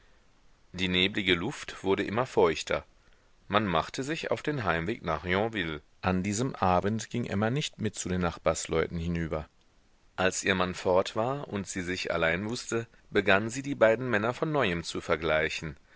die neblige luft wurde immer feuchter man machte sich auf den heimweg nach yonville an diesem abend ging emma nicht mit zu den nachbarsleuten hinüber als ihr mann fort war und sie sich allein wußte begann sie die beiden männer von neuem zu vergleichen